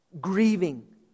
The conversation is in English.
grieving